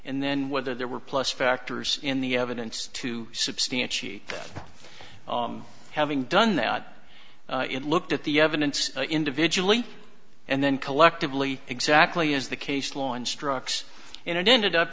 and then whether there were plus factors in the evidence to substantiate that having done that it looked at the evidence individually and then collectively exactly as the case law instructs and it ended up